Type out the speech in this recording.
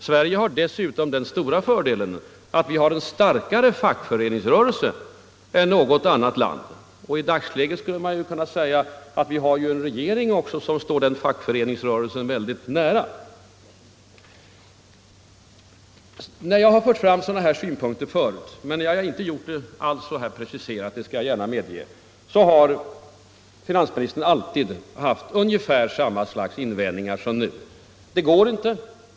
Sverige har dessutom den stora fördelen av att ha en starkare fackföreningsrörelse än något annat land. I dagens läge har vi ju också en regering som står denna fackföreningsrörelse mycket nära. När jag tidigare fört fram sådana här synpunkter — jag skall gärna medge att jag inte förut gjort det så här preciserat — har finansministern alltid haft ungefär samma slags invändningar som nu: ”Det går inte!